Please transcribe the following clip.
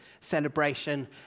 celebration